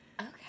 Okay